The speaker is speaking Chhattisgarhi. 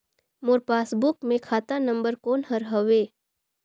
मोर पासबुक मे खाता नम्बर कोन हर हवे?